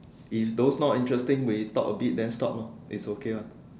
if those not interesting we talk a bit then stop lah is okay one